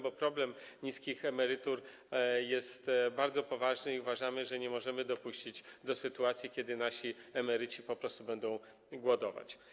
Bo problem niskich emerytur jest bardzo poważny i uważamy, że nie możemy dopuścić do sytuacji, w której nasi emeryci po prostu będą głodować.